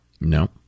No